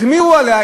החמירו עליה.